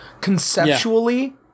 Conceptually